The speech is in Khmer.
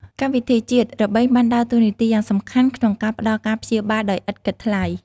កម្មវិធីជាតិ របេងបានដើរតួនាទីយ៉ាងសំខាន់ក្នុងការផ្តល់ការព្យាបាលដោយឥតគិតថ្លៃ។